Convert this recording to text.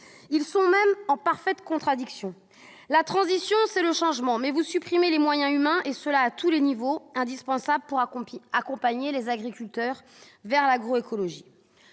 Ils sont même en parfaite contradiction. La transition, c'est le changement, mais vous supprimez les moyens humains, et ce à tous les niveaux, alors qu'ils sont indispensables pour accompagner les agriculteurs vers l'agroécologie.